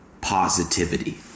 positivity